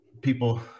people